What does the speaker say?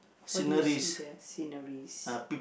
what did you see there are sceneries